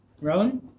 Rowan